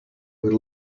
would